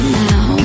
now